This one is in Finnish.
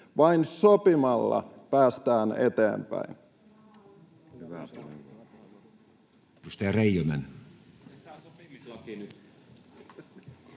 vain sopimalla päästään eteenpäin.